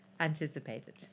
anticipated